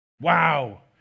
Wow